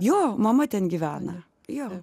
jo mama ten gyvena jo